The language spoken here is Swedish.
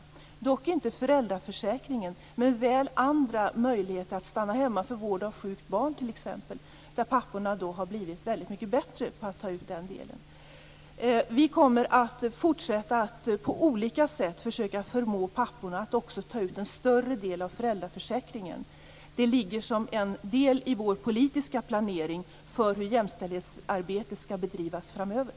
Det gäller dock inte föräldraförsäkringen, men väl andra möjligheter att stanna hemma - för vård av sjukt barn t.ex. Papporna har blivit väldigt mycket bättre på att ta ut den delen. Vi kommer att fortsätta att på olika sätt försöka förmå papporna att ta ut en större del av föräldraförsäkringen. Det ligger som en del i vår politiska planering för hur jämställdhetsarbetet skall bedrivas framöver.